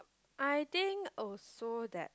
I think also that